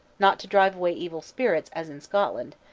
not to drive away evil spirits, as in scotland,